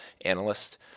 analyst